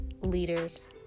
leaders